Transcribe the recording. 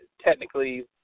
technically